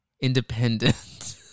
independent